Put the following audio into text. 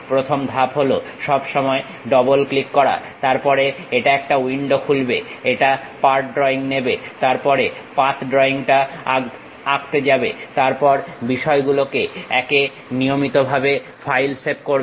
প্রথম ধাপ হলো সব সময় ডবল ক্লিক করা তারপর এটা একটা উইন্ডো খুলবে এটা পার্ট ড্রইং নেবেতারপর পাথ ড্রয়িং টা আঁকতে যাবে তারপর বিষয়গুলোকে একে নিয়মিতভাবে ফাইল সেভ করবে